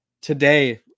Today